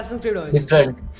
different